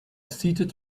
seated